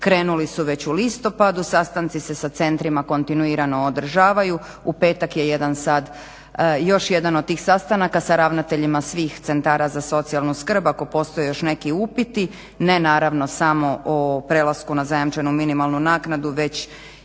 krenuli su već u listopadu, sastanci se sa centrima kontinuirano održavaju. U petak je još jedan od tih sastanaka sa ravnateljima svih Centara za socijalnu skrb ako postoje još neki upiti ne naravno samo o prelasku na zajamčenu minimalnu naknadu već